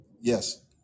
Yes